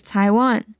Taiwan